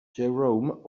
jerome